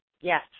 Yes